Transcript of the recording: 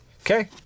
Okay